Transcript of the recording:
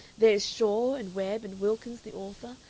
there is shaw, and webb, and wilkins the author,